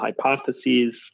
hypotheses